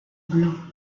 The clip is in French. blancs